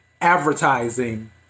advertising